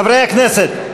חברי הכנסת,